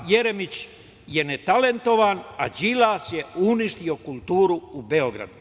Jeremić je netalentovan, a Đilas je uništio kulturu u Beogradu“